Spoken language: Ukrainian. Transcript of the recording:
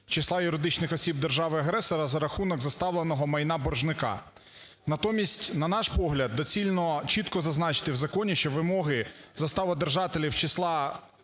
числа юридичних осіб держави-агресора за рахунок заставленого майна боржника. Натомість, на наш погляд, доцільно чітко зазначити в законі, що вимоги заставодержателів з числа